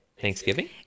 Thanksgiving